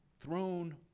throne